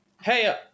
Hey